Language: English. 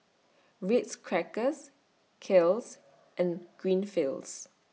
Ritz Crackers Kiehl's and Greenfields